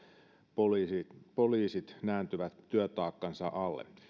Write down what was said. poliisit poliisit nääntyvät työtaakkansa alle